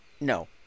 No